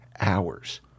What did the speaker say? hours